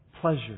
pleasure